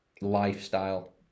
lifestyle